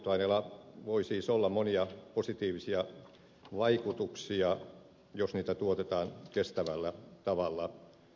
biopolttoaineilla voi siis olla monia positiivisia vaikutuksia jos niitä tuotetaan kestävällä tavalla